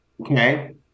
okay